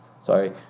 sorry